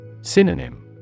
Synonym